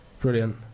Brilliant